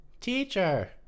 teacher